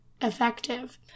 effective